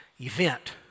event